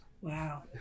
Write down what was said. Wow